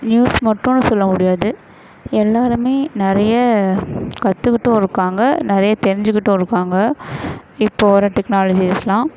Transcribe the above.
news மட்டும்னு சொல்ல முடியாது எல்லோருமே நிறைய கற்றுக்கிட்டும் இருக்காங்க நிறைய தெரிஞ்சுக்கிட்டும் இருக்காங்க இப்போ வர டெக்னாலஜீஸ்லாம்